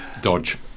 Dodge